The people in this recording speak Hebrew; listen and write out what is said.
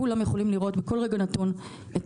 כולם יכולים לראות בכל רגע נתון את